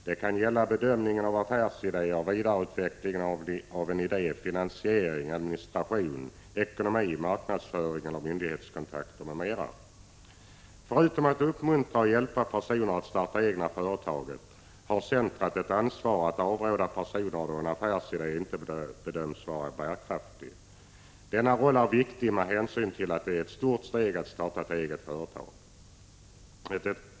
Det kan gälla bedömning av affärsidéer, vidareutveckling av en idé, finansiering, administration, ekonomi, marknadsföring, myndighetskontakter m.m. Förutom att uppmuntra och hjälpa personer att starta egna företag har detta centrum ett ansvar för att avråda personer då en affärsidé inte bedöms vara bärkraftig. Denna roll är viktig med hänsyn till att det är ett stort steg att starta ett eget företag.